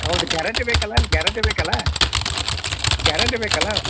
ಹೌದ್ ಗ್ಯಾರಂಟಿ ಬೇಕಲ್ಲ ಗ್ಯಾರಂಟಿ ಬೇಕಲ್ಲ ಗ್ಯಾರಂಟಿ ಬೇಕಲ್ಲ